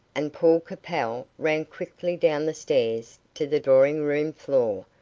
and paul capel ran quickly down the stairs to the drawing-room floor,